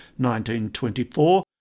1924